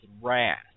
wrath